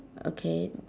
okay